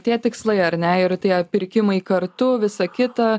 tie tikslai ar ne ir tie pirkimai kartu visa kita